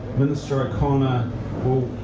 minister o'connor will